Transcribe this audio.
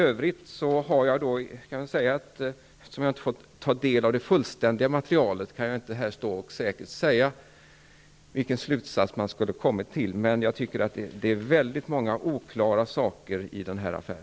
Eftersom jag inte har fått ta del av det fullständiga materialet, kan jag inte säkert säga vilken slutsats man skulle ha kommit fram till. Men det är många oklara saker i denna affär.